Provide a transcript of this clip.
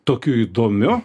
tokiu įdomiu